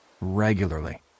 regularly